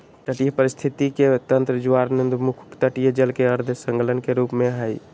तटीय पारिस्थिति के तंत्र ज्वारनदमुख के तटीय जल के अर्ध संलग्न के रूप में हइ